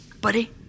buddy